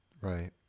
Right